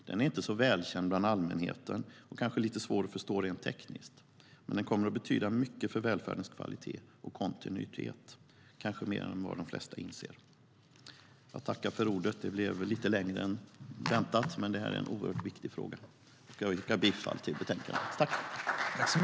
Den är inte så välkänd bland allmänheten och kanske lite svår att förstå rent tekniskt, men den kommer att betyda mycket för välfärdens kvalitet och kontinuitet, kanske mer än vad de flesta inser. Anförandet blev lite längre än tänkt, men det här är en oerhört viktig fråga. Jag yrkar bifall till utskottets förslag i betänkandet.